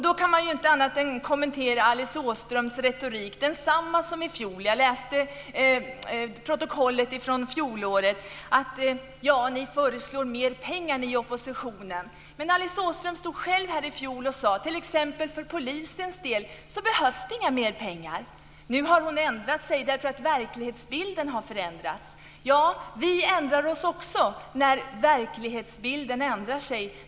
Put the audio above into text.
Då kan jag inte annat än kommentera Alice Åströms retorik. Den är densamma som i fjol. Jag läste i protokollet från fjolåret att vi i oppositionen föreslog mer pengar. Men Alice Åström sade själv i fjol att för polisens del behövs det inga mer pengar. Nu har hon ändrat sig därför att verklighetsbilden har förändrats. Ja, vi ändrar oss också när verklighetsbilden ändrar sig.